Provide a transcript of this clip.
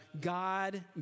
God